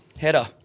Header